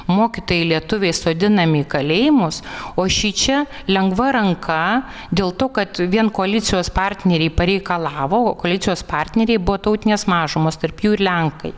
mokytojai lietuviai sodinami į kalėjimus o šičia lengva ranka dėl to kad vien koalicijos partneriai pareikalavo o koalicijos partneriai buvo tautinės mažumos tarp jų ir lenkai